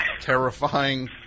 terrifying